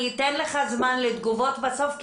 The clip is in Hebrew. אתן לך זמן לתגובות בסוף,